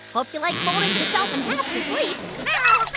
hope you like folding yourself in half to sleep now,